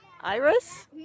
Iris